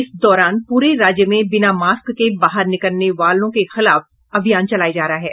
इस दौरान पूरे राज्य में बिना मास्क के बाहर निकलने वालों के खिलाफ अभियान चलाया जा रहा है